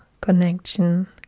connection